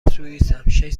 سوئیسم، شش